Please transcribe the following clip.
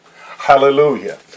Hallelujah